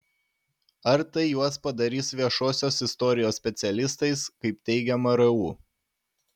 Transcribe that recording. ar tai juos padarys viešosios istorijos specialistais kaip teigia mru